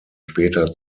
später